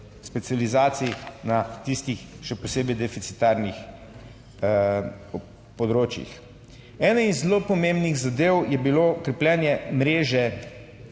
na tistih še posebej deficitarnih področjih. Na zelo pomembnih zadev je bilo krepljenje mreže